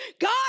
God